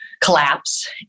collapse